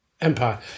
empire